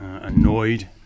annoyed